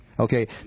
Okay